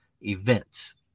events